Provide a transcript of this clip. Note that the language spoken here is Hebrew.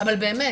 אבל באמת,